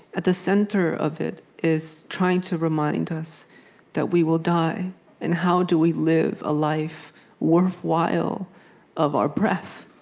at the center of it is trying to remind us that we will die and how do we live a life worthwhile of our breath?